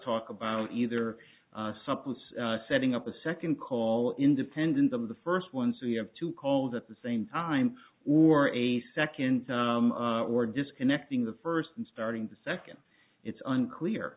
talk about either suppose setting up a second call independent of the first one so you have two calls at the same time or a second or disconnecting the first and starting the second it's unclear